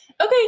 Okay